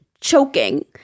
choking